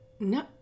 No